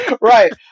Right